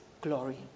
glory